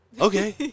Okay